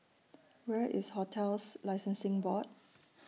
Where IS hotels Licensing Board